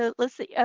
ah let's see. yeah